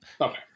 Okay